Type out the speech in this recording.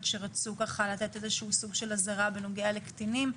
שרצו לתת איזשהו סוג של אזהרה בנוגע לקטינים.